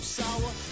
sour